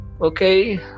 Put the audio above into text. Okay